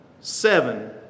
seven